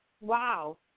Wow